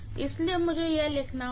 इसलिए मुझे यह लिखना होगा